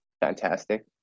fantastic